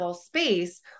space